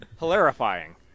Hilarifying